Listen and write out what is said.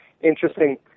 interesting